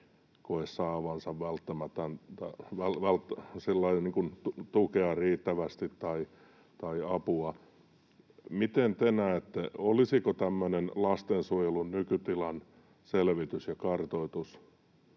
tukea tai apua riittävästi. Miten te näette, olisiko tämmöinen lastensuojelun nykytilan selvitys ja kartoitus